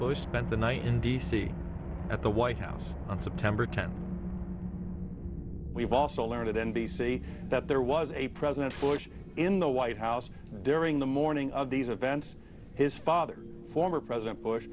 bush spent the night in d c at the white house on september tenth we've also learned n b c that there was a president bush in the white house during the morning of these events his father former president bush